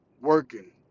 Working